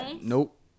Nope